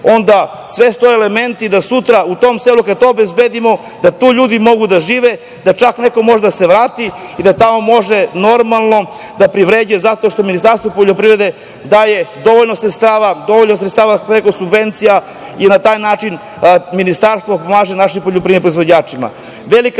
sve su to elementi da sutra, u tom selu, kad to obezbedimo, da tu ljudi mogu da žive, da čak neko može da se vrati i da tamo može normalno da privređuje, zato što Ministarstvo poljoprivrede daje dovoljno sredstava, preko subvencija, i na taj način Ministarstvo pomaže našim poljoprivrednim